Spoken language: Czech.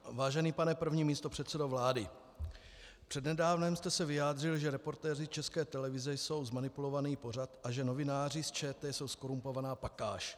Vážený pane první místopředsedo vlády, přednedávnem jste se vyjádřil, že Reportéři České televize jsou zmanipulovaný pořad a že novináři z ČT jsou zkorumpovaná pakáž.